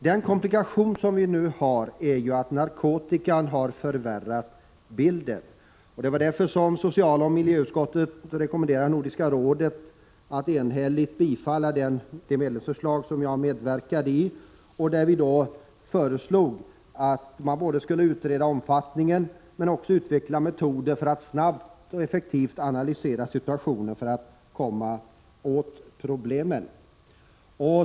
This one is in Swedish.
Den komplikation som vi nu har är att narkotikan har förvärrat bilden. Det | är därför som socialoch miljöutskottet rekommenderade Nordiska rådet att | enhälligt bifalla det förslag som jag medverkade i. Vi föreslog att man skulle utreda omfattningen av problemen men också utveckla metoder för att snabbt och effektivt analysera situationen så att man kan komma åt problemen.